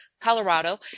Colorado